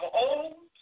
old